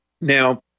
now